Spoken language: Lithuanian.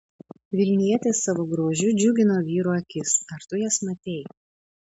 vilnietės savo grožiu džiugino vyrų akis ar tu jas matei